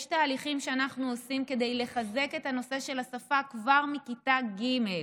יש תהליכים שאנחנו עושים כדי לחזק את השפה כבר מכיתה ג'.